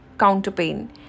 Counterpane